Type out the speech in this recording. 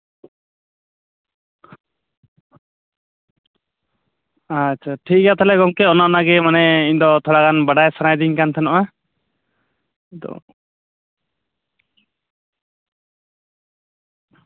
ᱟᱪᱪᱷᱟ ᱴᱷᱤᱠ ᱜᱮᱭᱟ ᱛᱟᱞᱦᱮ ᱜᱚᱝᱠᱮ ᱚᱱᱮ ᱚᱱᱟᱜᱮ ᱢᱟᱱᱮ ᱤᱧ ᱫᱚ ᱛᱷᱚᱲᱟ ᱜᱟᱱ ᱵᱟᱰᱟᱭ ᱥᱟᱱᱟᱭᱤᱫᱤᱧ ᱠᱟᱱ ᱛᱟᱦᱮᱱᱚᱜᱼᱟ ᱱᱤᱛᱳᱜ